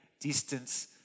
distance